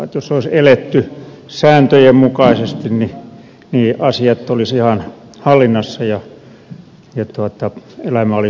jos olisi eletty sääntöjen mukaisesti niin asiat olisivat ihan hallinnassa ja elämä olisi auvoisempaa